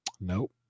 Nope